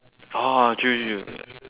oh true true true yeah